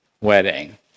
wedding